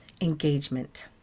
engagement